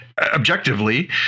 objectively